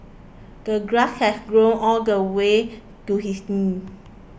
the grass had grown all the way to his